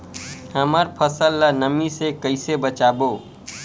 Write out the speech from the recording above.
हमर फसल ल नमी से क ई से बचाबो?